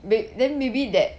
may~ then maybe that